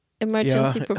Emergency